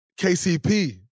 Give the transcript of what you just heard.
KCP